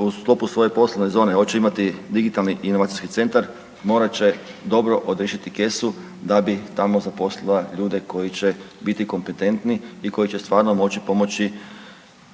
u sklopu svoje poslovne zone oće imati digitalni inovacijski centar morat će dobro odriješiti kesu da bi tamo zaposlila ljude koji će biti kompetentni i koji će stvarno moći pomoći